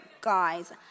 guys